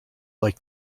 like